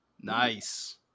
Nice